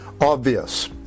obvious